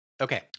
Okay